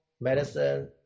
medicine